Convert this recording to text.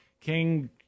King